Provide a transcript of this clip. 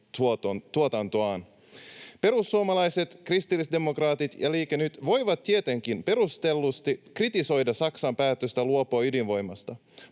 sähköntuotantoaan.” Perussuomalaiset, kristillisdemokraatit ja Liike Nyt voivat tietenkin perustellusti kritisoida Saksan päätöstä luopua ydinvoimasta,